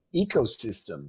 ecosystem